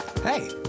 Hey